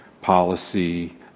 policy